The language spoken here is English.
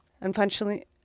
Unfortunately